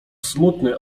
smutny